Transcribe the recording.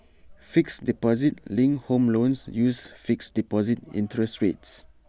fixed deposit linked home loans uses fixed deposit interest rates